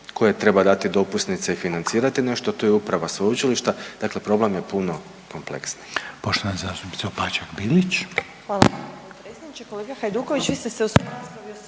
koje treba dati dopusnice i financirati nešto, tu je uprava sveučilišta, dakle problem je puno kompleksniji.